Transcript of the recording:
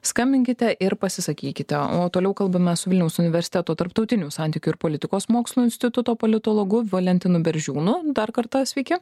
skambinkite ir pasisakykite o toliau kalbame su vilniaus universiteto tarptautinių santykių ir politikos mokslų instituto politologu valentinu beržiūnu dar kartą sveiki